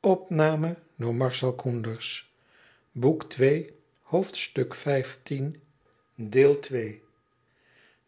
de